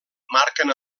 marquen